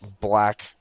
black